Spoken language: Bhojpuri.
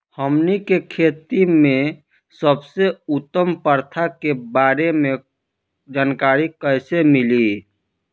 हमन के खेती में सबसे उत्तम प्रथा के बारे में जानकारी कैसे मिली?